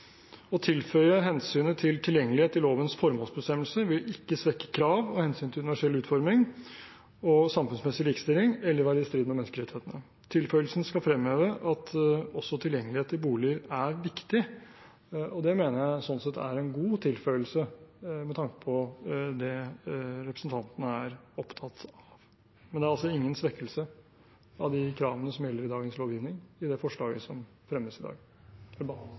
Å tilføye hensynet til tilgjengelighet i lovens formålsbestemmelse vil ikke svekke krav om hensyn til universell utforming og samfunnsmessig likestilling eller være i strid med menneskerettighetene. Tilføyelsen skal fremheve at også tilgjengelighet i bolig er viktig, og det mener jeg sånn sett er en god tilføyelse med tanke på det representanten er opptatt av. Det er altså ingen svekkelse av de kravene som gjelder i dagens lovgivning, i det forslaget som behandles i dag.